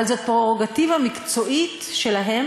ועכשיו הוא יגיד שזה בגלל שאתם המפלגה שלי,